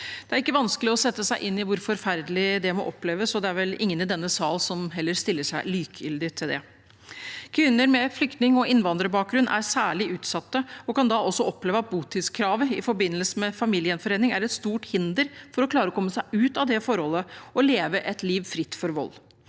Det er ikke vanskelig å sette seg inn i hvor forferdelig det må oppleves, og det er vel ingen i denne sal som heller stiller seg likegyldig til det. Kvinner med flyktning- og innvandrerbakgrunn er særlig utsatt og kan også oppleve at botidskravet i forbindelse med familiegjenforening er et stort hinder for å klare å komme seg ut av det forholdet og leve et liv fritt for vold.